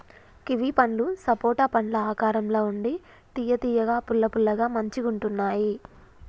kiwi పండ్లు సపోటా పండ్ల ఆకారం ల ఉండి తియ్య తియ్యగా పుల్ల పుల్లగా మంచిగుంటున్నాయ్